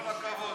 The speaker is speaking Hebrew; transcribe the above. כל הכבוד.